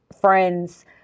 friends